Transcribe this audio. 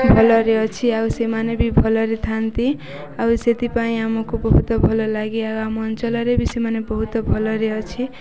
ଭଲରେ ଅଛି ଆଉ ସେମାନେ ବି ଭଲରେ ଥାନ୍ତି ଆଉ ସେଥିପାଇଁ ଆମକୁ ବହୁତ ଭଲ ଲାଗେ ଆଉ ଆମ ଅଞ୍ଚଳରେ ବି ସେମାନେ ବହୁତ ଭଲରେ ଅଛି